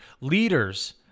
leaders